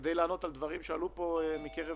כדי לענות על דברים שעלו פה מקרב